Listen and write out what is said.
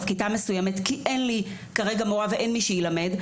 כיתה מסוימת כי אין לי כרגע מורה ואין מי שילמד,